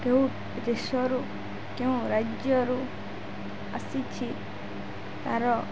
କେଉଁ ଦେଶରୁ କେଉଁ ରାଜ୍ୟରୁ ଆସିଛି ତାର